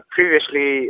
Previously